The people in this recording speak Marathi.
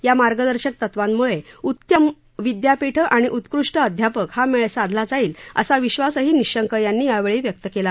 या मार्गदर्शक तत्वांमुळे उत्तम विद्यापीठ आणि उत्कृष्ट अध्यापक हा मेळ साधला जाईल असा विश्वासही निशंक यांनी यावेळी व्यक्त केला